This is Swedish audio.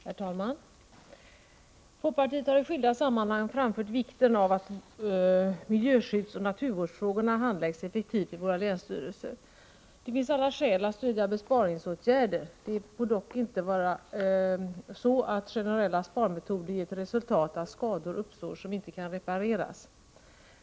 Herr talman! Folkpartiet har i skilda sammanhang framhållit vikten av att miljöskyddsoch naturvårdsfrågorna handläggs effektivt vid våra länsstyrelser. Det finns alla skäl att stödja besparingsåtgärder. Det får dock inte vara så att generella sparmetoder ger till resultat att skador uppstår som inte kan repareras.